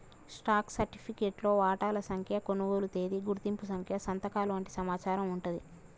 stock సర్టిఫికేట్లో వాటాల సంఖ్య, కొనుగోలు తేదీ, గుర్తింపు సంఖ్య సంతకాలు వంటి సమాచారం వుంటాంది